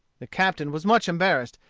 the captain was much embarrassed,